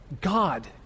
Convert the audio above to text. God